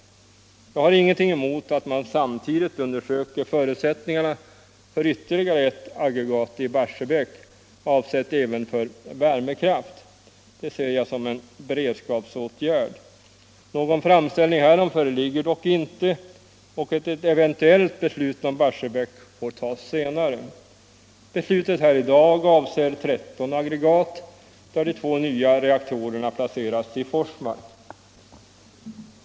Jag har ingenting emot att man samtidigt undersöker förutsättningarna för ytterligare ett aggregat i Barsebäck, avsett även för värmekraft. Det ser jag som en beredskapsåtgärd. Någon framställning härom föreligger dock inte, och ett eventuellt beslut om Barsebäck får tas senare. Beslutet i dag avser 13 aggregat, där de två nya reaktorerna placeras i Forsmark.